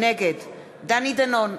נגד דני דנון,